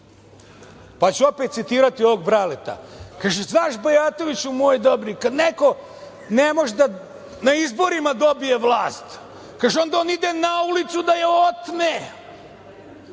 pa ću opet citirati ovog Braleta kaže – znaš Bajatoviću moj dobri, kada neko ne može na izborima dobije vlast kaže , onda on ide na ulicu da je otme,